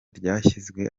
ryashyizwe